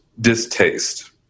distaste